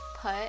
put